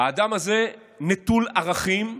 האדם הזה נטול ערכים,